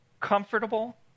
comfortable